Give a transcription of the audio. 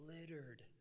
littered